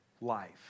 life